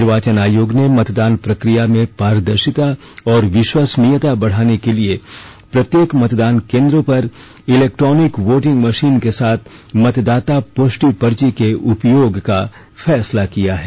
निर्वाचन आयोग ने मतदान प्रक्रिया में पारदर्शिता और विश्वसनीयता बढ़ाने के लिए प्रत्येक मतदान केन्द्र पर इलेक्ट्रॉनिक वोटिंग मशीन के साथ मतदाता पुष्टि पर्ची के उपयोग का फैसला किया है